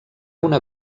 una